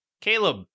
Caleb